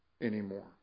anymore